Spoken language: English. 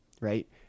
right